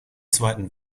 zweiten